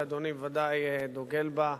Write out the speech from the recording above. שאדוני בוודאי דוגל בה,